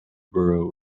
borough